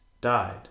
died